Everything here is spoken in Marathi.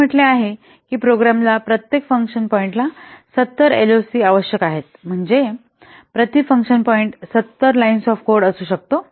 असे म्हटले आहे की प्रोग्रामला प्रत्येक फंक्शन पॉईंटला 70 एलओसी आवश्यक आहे म्हणजे प्रति function point 70 lines of code असू शकतो